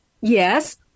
Yes